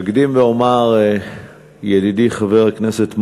אקדים ואומר, ידידי חבר הכנסת מוזס,